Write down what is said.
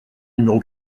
numéro